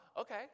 okay